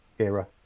era